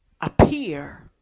appear